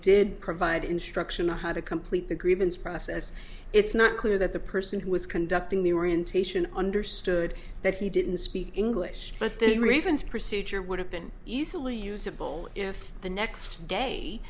did provide instruction on how to complete the grievance process it's not clear that the person who was conducting they were and station understood that he didn't speak english but the regions procedure would have been easily usable if the next day